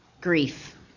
grief